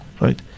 right